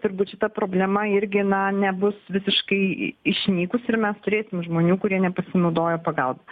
turbūt šita problema irgi na nebus visiškai išnykus ir mes turėsim žmonių kurie nepasinaudojo pagalba